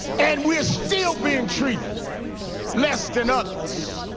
and we're still being treated less than others.